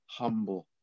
humble